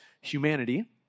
humanity